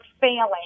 failing